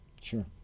Sure